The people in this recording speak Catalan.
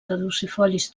caducifolis